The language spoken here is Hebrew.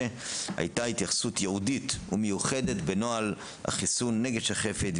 הייתה התייחסות ייעודית ומיוחדת בנוהל החיסון נגד שחפת,